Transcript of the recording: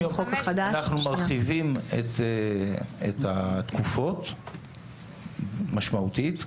אנחנו מרחיבים את התקופות משמעותית.